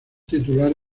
titular